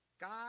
God